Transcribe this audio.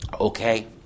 Okay